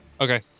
Okay